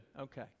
Okay